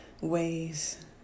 ways